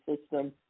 system